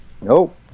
Nope